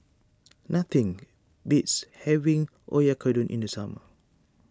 nothing beats having Oyakodon in the summer